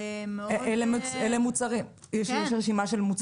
יש רשימה של מוצרים?